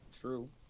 True